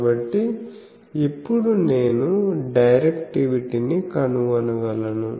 కాబట్టి ఇప్పుడు నేను డైరెక్టివిటీని కనుగొనగలను